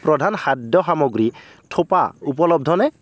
প্ৰধান খাদ্য সামগ্ৰী থোপা উপলব্ধনে